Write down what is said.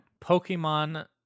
Pokemon